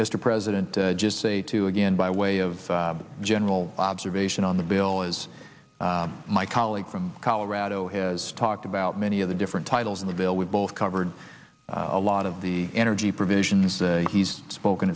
mr president just say to again by way of general observation on the bill as my colleague from colorado has talked about many of the different titles in the bill we've both covered a lot of the energy provisions he's spoken